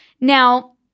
Now